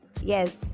Yes